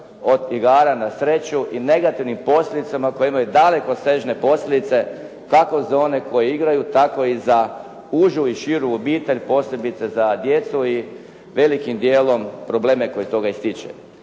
od igara na sreću i negativnim posljedicama koje imaju dalekosežne posljedice kako za one koji igraju tako i za užu i širu obitelj posebice za djecu i velikim dijelom probleme koji iz toga ističe.